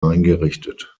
eingerichtet